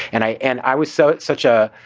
and i and i was. so it's such a